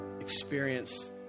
experience